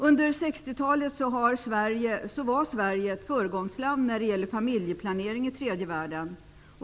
Under 60-talet var Sverige ett föregångsland när det gällde familjeplanering i tredje världen.